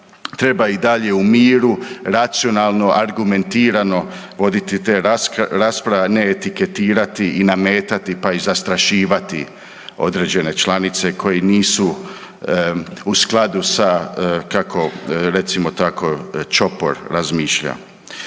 treba i dalje u miru racionalno, argumentirano voditi te rasprave ne etiketirati i nametati pa i zastrašivati određene članice koji nisu u skladu sa kako recimo tako čopor razmišlja.